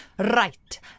Right